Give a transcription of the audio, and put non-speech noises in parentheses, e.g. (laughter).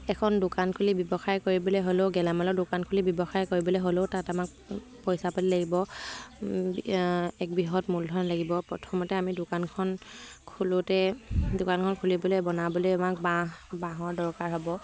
এখন দোকান খুলি ব্যৱসায় কৰিবলৈ হ'লেও গেলামালৰ দোকান খুলি ব্যৱসায় কৰিবলৈ হ'লেও তাত আমাক পইচা পাতি লাগিব (unintelligible) এক বৃহৎ মূলধন লাগিব প্ৰথমতে আমি দোকানখন খোলোঁতে দোকানখন খুলিবলৈ বনাবলৈ আমাক বাঁহ বাঁহৰ দৰকাৰ হ'ব